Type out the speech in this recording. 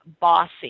bossy